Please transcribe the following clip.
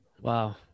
wow